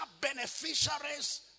beneficiaries